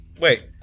Wait